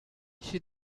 she